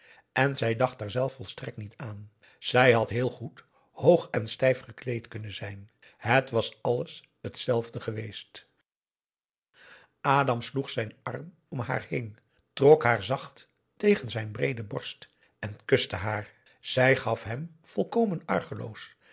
en zij dacht daar zelf volstrekt niet aan zij had heel goed hoog en stijf gekleed kunnen zijn het was alles hetzelfde geweest adam sloeg zijn arm om haar heen trok haar zacht tegen zijn breede borst en kuste haar zij gaf hem volkomen